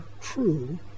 true